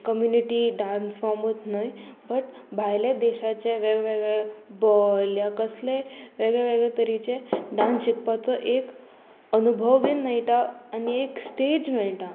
community dance फॉर्मूत न्हय but भायल्या देशाचे वेगवेगळे बॉल या कसले वेगळे वेगळे तरेचे डांस शिकपाचो एक अनुभव बी मेळटा आनी एक स्टेज मेळटा